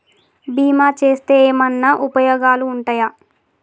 బీమా చేస్తే ఏమన్నా ఉపయోగాలు ఉంటయా?